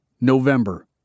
November